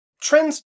Trends